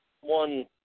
one